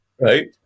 Right